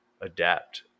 adapt